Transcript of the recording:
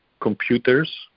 computers